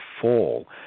fall